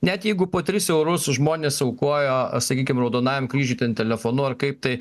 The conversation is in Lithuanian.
net jeigu po tris eurus žmonės aukojo sakykim raudonajam kryžiui ten telefonu ar kaip tai